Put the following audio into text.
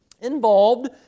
involved